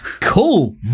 Cool